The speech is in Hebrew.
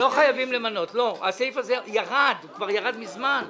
לא, הסעיף הזה כבר ירד מזמן.